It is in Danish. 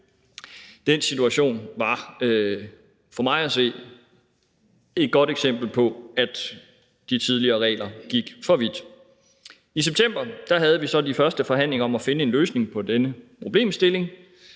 Den situation var for mig at se et godt eksempel på, at de tidligere regler gik for vidt. I september havde vi så de første forhandlinger om at finde en løsning på denne problemstilling,